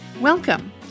Welcome